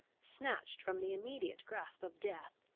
snatched from the immediate grasp of death,